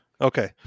Okay